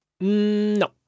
No